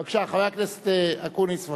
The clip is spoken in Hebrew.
בבקשה, חבר הכנסת אקוניס.